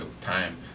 time